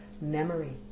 memory